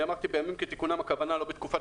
אמרתי בימים כתיקונם הכוונה לא בתקופת